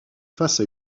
face